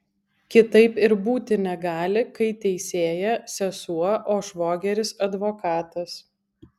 kitaip ir būti negali kai teisėja sesuo o švogeris advokatas